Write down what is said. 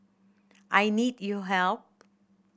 I need you help